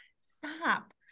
Stop